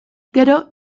gero